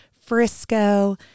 Frisco